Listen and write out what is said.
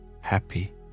happy